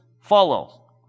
follow